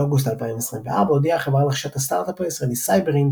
באוגוסט 2024 הודיעה החברה על רכישת הסטארט־אפ הישראלי סייברינט,